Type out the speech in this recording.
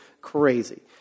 crazy